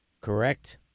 Correct